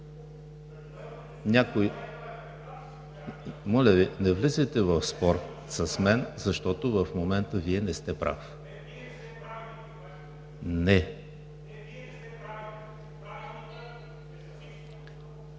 не влизайте в спор с мен, защото в момента Вие не сте прав. ВАЛЕРИ